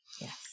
Yes